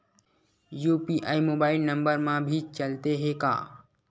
UPI mobile number मा भी चलते हे का?